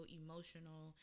emotional